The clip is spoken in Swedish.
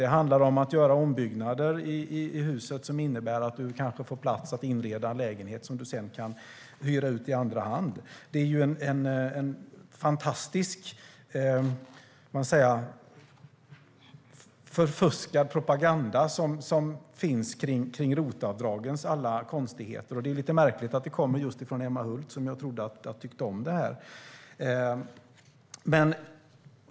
Det handlar om att göra ombyggnationer i huset som innebär att du kanske får plats att inreda en lägenhet som du sedan kan hyra ut i andra hand. Det är en fantastiskt förfuskad propaganda, alla konstigheter som finns kring ROT-avdragen. Det är lite märkligt att den kommer från just Emma Hult, som jag trodde tyckte om det här.